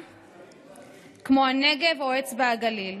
כמו הנגב או אצבע הגליל.